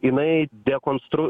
jinai dekonstru